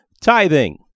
tithing